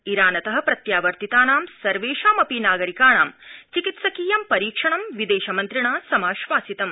ईरानतः प्रत्यावर्तितानाम् सर्वेषामपि नागरिकाणां चिकित्सकीयं परीक्षणं विदेशमन्त्रिणा समाश्वासितम्